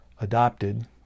adopted